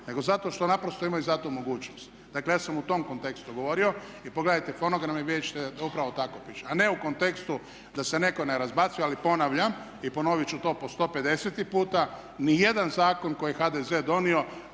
nego zato što naprosto imaju za to mogućnost. Dakle ja sam u tom kontekstu govorio. I pogledajte fonogram i vidjeti ćete da upravo tako piše a ne u kontekstu da se netko ne razbacuje ali ponavljam i ponoviti ću to po 150 puta. Niti jedan zakon kojeg je HDZ donio